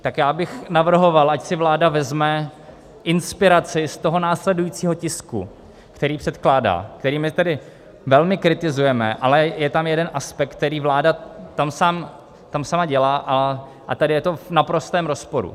Tak já bych navrhoval, ať si vláda vezme inspiraci z toho následujícího tisku, který předkládá, který my tedy velmi kritizujeme, ale je tam jeden aspekt, který vláda tam sama dělá, a tady je to v naprostém rozporu.